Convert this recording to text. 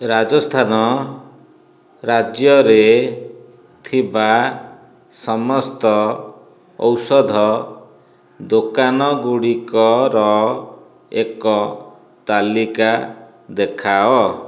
ରାଜସ୍ଥାନ ରାଜ୍ୟରେ ଥିବା ସମସ୍ତ ଔଷଧ ଦୋକାନଗୁଡ଼ିକର ଏକ ତାଲିକା ଦେଖାଅ